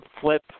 flip